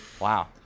Wow